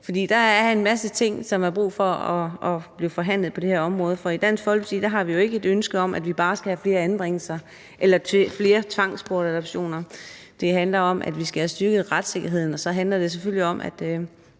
det her område, som der er brug for at blive forhandlet. I Dansk Folkeparti har vi jo ikke et ønske om, at vi bare skal have flere anbringelser eller flere tvangsbortadoptioner. Det handler om, at vi skal have styrket retssikkerheden, og så handler det selvfølgelig om,